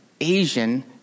Asian